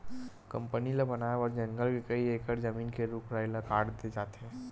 company ल बनाए बर जंगल के कइ एकड़ जमीन के रूख राई ल काट दे जाथे